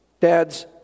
Dads